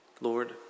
Lord